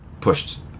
pushed